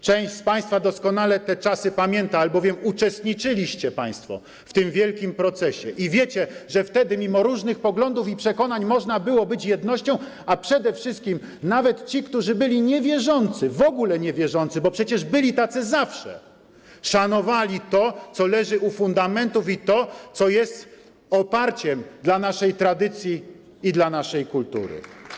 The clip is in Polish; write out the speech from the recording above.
Część z Państwa doskonale te czasy pamięta, albowiem uczestniczyliście Państwo w tym wielkim procesie i wiecie, że wtedy mimo różnych podglądów i przekonań można było być jednością, a przede wszystkim nawet ci, którzy byli niewierzący, w ogóle niewierzący, bo przecież byli tacy zawsze, szanowali to, co leży u fundamentów, i to, co jest oparciem dla naszej tradycji i dla naszej kultury.